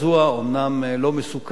אומנם לא מסוכן,